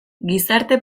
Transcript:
gizarte